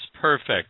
perfect